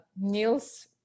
Niels